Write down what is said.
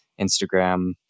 Instagram